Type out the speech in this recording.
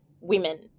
women